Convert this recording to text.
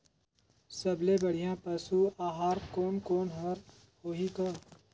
सबले बढ़िया पशु आहार कोने कोने हर होही ग?